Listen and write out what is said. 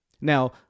Now